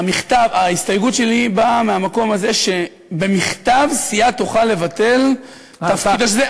ההסתייגות שלי באה מהמקום הזה שבמכתב סיעה תוכל לבטל את התפקיד הזה.